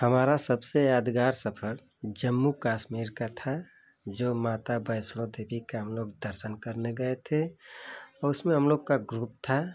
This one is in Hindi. हमारा सबसे यादगार सफर जम्मू कश्मीर का था जो माता वैष्णो देवी का हम लोग दर्शन करने गए थे और उसमें हम लोग का ग्रुप था